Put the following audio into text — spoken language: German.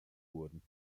wurden